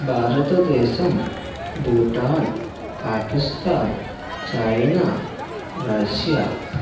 Bharatadesam Bhutan Pakistan China Russia